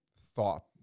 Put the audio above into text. thought